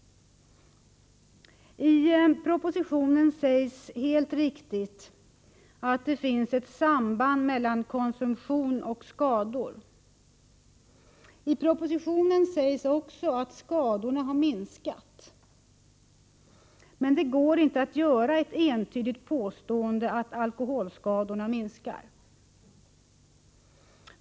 I propositionen sägs helt riktigt att det finns ett samband mellan konsumtion och skador. Det anförs också att skadorna har minskat. Men det går inte att göra ett entydigt påstående om att alkoholskadorna minskar.